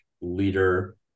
leader